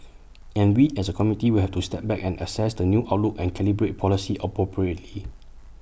and we as A committee will have to step back and assess the new outlook and calibrate policy appropriately